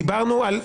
דיברנו על פלילי.